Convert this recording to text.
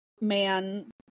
man